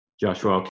Joshua